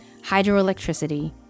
hydroelectricity